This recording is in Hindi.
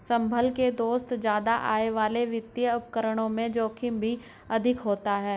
संभल के दोस्त ज्यादा आय वाले वित्तीय उपकरणों में जोखिम भी अधिक होता है